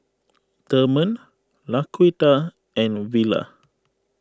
therman Laquita and Willa